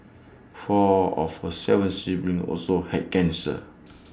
four of her Seven siblings also had cancer